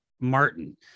Martin